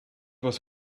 was